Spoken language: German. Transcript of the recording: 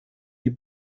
die